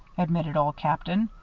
admitted old captain.